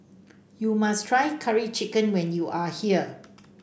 you must try Curry Chicken when you are here